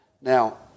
Now